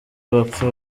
bapfa